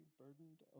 burdened